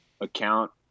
account